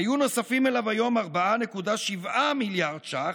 היו נוספים לו היום 4.7 מיליארד שקלים,